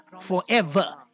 forever